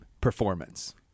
performance